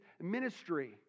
ministry